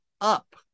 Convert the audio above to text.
up